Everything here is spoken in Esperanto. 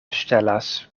ŝtelas